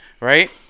right